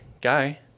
guy